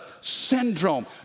syndrome